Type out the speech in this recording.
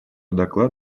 доклад